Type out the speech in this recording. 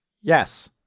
yes